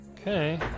Okay